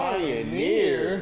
Pioneer